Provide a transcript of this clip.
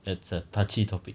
that's a touchy topic